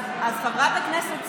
אז חברת הכנסת סטרוק,